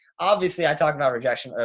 obviously i talked about rejection.